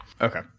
Okay